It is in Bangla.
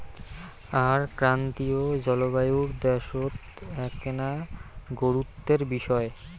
আর ক্রান্তীয় জলবায়ুর দ্যাশত এ্যাকনা গুরুত্বের বিষয়